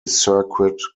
circuit